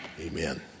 Amen